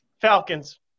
Falcons